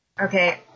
Okay